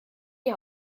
die